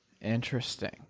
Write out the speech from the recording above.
Interesting